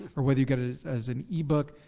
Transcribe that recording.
or whether you get it as as an ebook.